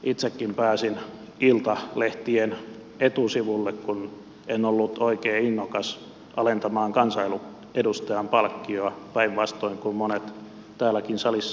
itsekin pääsin iltalehtien etusivulle kun en ollut oikein innokas alentamaan kansanedustajan palkkiota päinvastoin kuin monet täälläkin salissa istuvat